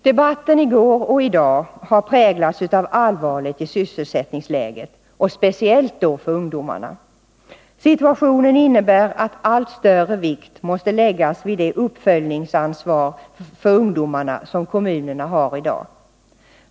Debatten i går och i dag har präglats av allvaret i sysselsättningsläget, speciellt då för ungdomarna. Situationen innebär att allt större vikt måste läggas vid det uppföljningsansvar för ungdomarna som kommunerna har.